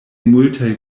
multaj